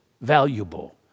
valuable